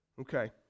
Okay